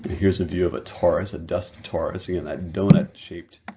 here's a view of a torus, a dust torus, and that doughnut-shaped